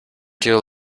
deal